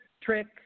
Trick